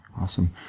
Awesome